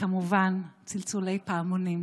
וכמובן "צלצולי פעמונים",